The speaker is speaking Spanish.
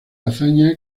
azaña